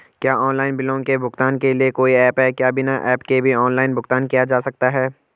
क्या ऑनलाइन बिलों के भुगतान के लिए कोई ऐप है क्या बिना ऐप के भी ऑनलाइन भुगतान किया जा सकता है?